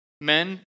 Men